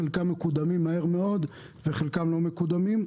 חלקם מקודמים מהר מאוד וחלקם לא מקודמים.